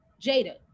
Jada